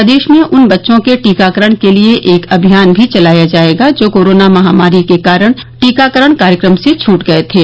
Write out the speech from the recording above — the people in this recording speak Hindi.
प्रदेश में उन बच्चों के टीकाकरण के लिये एक अभियान भी चलाया जायेगा जो कोरोना महामारी के कारण टीकाकरण कार्यक्रम से छूट गये थे